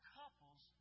couples